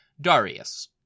Darius